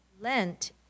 Lent